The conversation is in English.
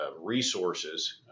resources